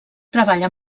treballa